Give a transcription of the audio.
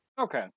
Okay